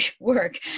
work